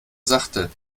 sachte